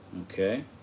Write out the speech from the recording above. okay